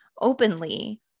openly